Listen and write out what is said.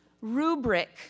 rubric